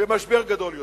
ומשבר גדול יותר.